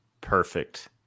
Perfect